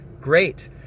Great